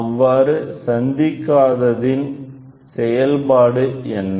அவ்வாறுசந்திக்காததன் செயல்பாடு என்ன